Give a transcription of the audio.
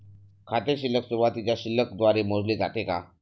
खाते शिल्लक सुरुवातीच्या शिल्लक द्वारे मोजले जाते का?